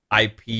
IP